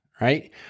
right